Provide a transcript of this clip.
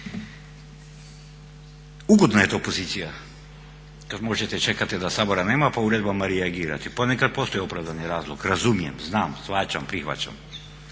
Ugodna je to pozicija kad možete čekati da Sabora nema pa uredbama reagirati. Ponekad postoji opravdani razlog, razumijem, znam, shvaćam, prihvaćam.